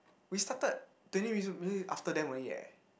we started twenty minutes minutes after them only eh